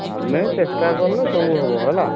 ଆମେ ଚେଷ୍ଟା କଲେ ସବୁ ହେବ ହେଲା